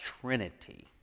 trinity